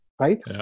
Right